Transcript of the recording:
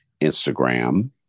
Instagram